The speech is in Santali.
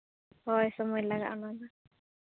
ᱦᱳᱭ ᱥᱚᱢᱚᱭ ᱞᱟᱜᱟᱜᱼᱟ ᱚᱱᱟ ᱫᱚ